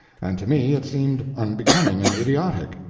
and to me it seemed unbecoming and idiotic.